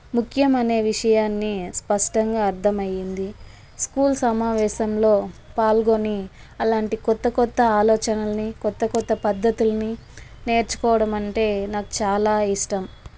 ముఖ్యం అనే విషయాన్ని స్పష్టంగా అర్థమయ్యింది స్కూల్ సమావేశంలో పాల్గొని అలాంటి కొత్త కొత్త ఆలోచనలని కొత్త కొత్త పద్ధతుల్ని నేర్చుకోవడం అంటే నాకు చాలా ఇష్టం